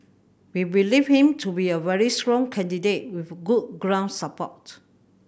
we believe him to be a very strong candidate with good ground support